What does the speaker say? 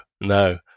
no